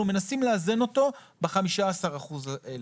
אנחנו מנסים לאזן אותו ב-15% האלה.